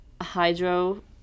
Hydro